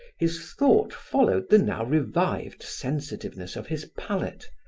his thought followed the now revived sensitiveness of his palate,